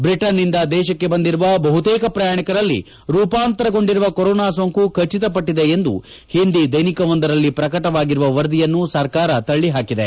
ಬ್ರಿಟನ್ನಿಂದ ದೇಶಕ್ಕೆ ಬಂದಿರುವ ಬಹುತೇಕ ಪ್ರಯಾಣಿಕರಲ್ಲಿ ರೂಪಾಂತರ ಗೊಂಡಿರುವ ಕೊರೊನಾ ಸೋಂಕು ಖಟಿತಪಟ್ಟದ ಎಂದು ಒಂದಿ ದೈನಿಕವೊಂದರಲ್ಲಿ ಪ್ರಕಟವಾಗಿರುವ ವರದಿಯನ್ನು ಸರ್ಕಾರ ತಳ್ಳಪಾಕಿದೆ